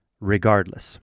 regardless